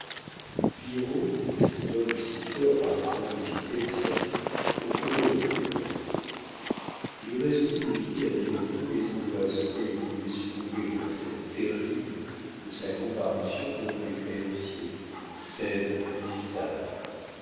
pillerault cet homme si fort par la simplicité de sa vie comprenait la faiblesse il résolut d'éviter à birotteau les angoisses auxquelles il pouvait succomber dans la scène terrible de sa comparution devant les créanciers scène inévitable